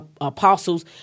apostles